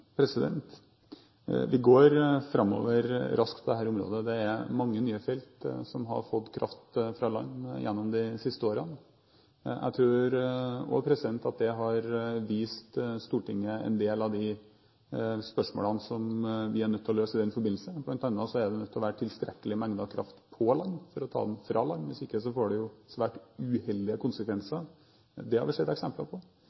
går raskt framover på dette området. Gjennom de siste årene har mange nye felt fått kraft fra land. Jeg tror også at det har vist Stortinget en del av de spørsmålene som vi er nødt til å løse i den forbindelse – bl.a. er det nødt til å være tilstrekkelige mengder kraft på land for å ta den fra land. Hvis ikke får det jo svært uheldige konsekvenser. Det har vi sett eksempler på.